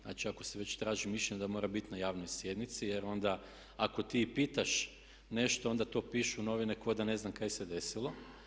Znači ako se već traži mišljenje da mora biti na javnoj sjednici jer onda ako ti i pitaš nešto onda to pišu novine kao da ne znam kaj se desilo.